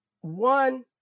one